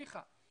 ניחא,